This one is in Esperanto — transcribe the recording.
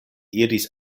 iris